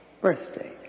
Birthday